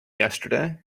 yesterday